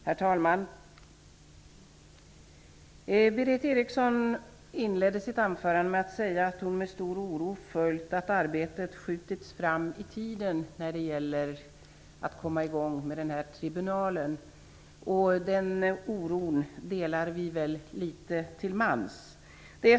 Herr talman! Berith Eriksson inledde sitt anförande med att säga att hon med stor oro följt den utvecklingen att arbetet med att komma i gång med tribunalen har skjutits fram i tiden. Den oron delar vi nog litet till mans.